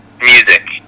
music